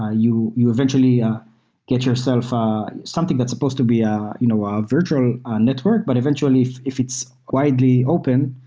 ah you you eventually ah get yourself ah and something that's supposed to be a you know ah virtually ah network, but eventually if if it's widely open,